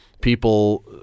people